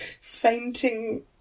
fainting